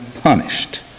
punished